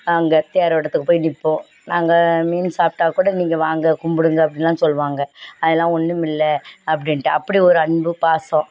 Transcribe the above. அங்கே தேரோட்டத்துக்கு போய் நிற்போம் நாங்கள் மீன் சாப்பிட்டா கூட நீங்கள் வாங்க கும்பிடுங்க அப்படின்னுலாம் சொல்லுவாங்க அதெலாம் ஒன்றுமில்ல அப்படின்ட்டு அப்படி ஒரு அன்பு பாசம்